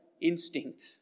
instinct